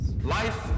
Life